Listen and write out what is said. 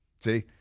See